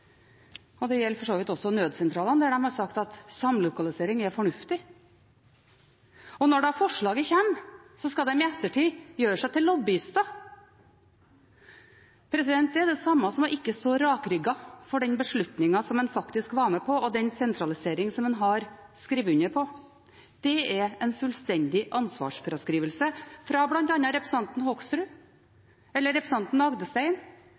Det gjelder for så vidt også nødsentralene, der de har sagt at samlokalisering er fornuftig. Når da forslaget kommer, skal de i ettertid gjøre seg til lobbyister. Det er det samme som ikke å stå rakrygget bak den beslutningen som en faktisk var med på, og den sentraliseringen som en har skrevet under på. Det er en fullstendig ansvarsfraskrivelse, fra bl.a. representantene Hoksrud, Rodum Agdestein